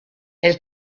elle